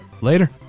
later